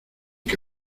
que